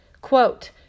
Quote